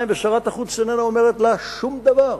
ושרת החוץ איננה אומרת לה שום דבר.